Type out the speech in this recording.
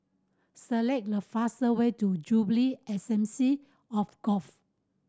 select the fast way to Jubilee Assembly of